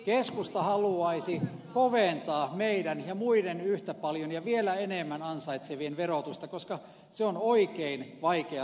keskusta haluaisi koventaa meidän ja muiden yhtä paljon ja vielä enemmän ansaitsevien verotusta koska se on oikein vaikeana aikana